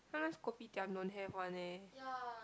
sometimes kopitiam don't have one eh